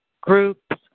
groups